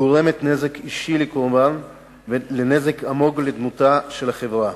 הגורמת נזק אישי לקורבן ונזק עמוק לדמותה של החברה.